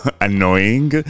annoying